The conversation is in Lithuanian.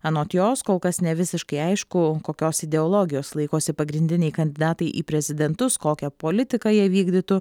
anot jos kol kas nevisiškai aišku kokios ideologijos laikosi pagrindiniai kandidatai į prezidentus kokią politiką jie vykdytų